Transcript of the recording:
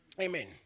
Amen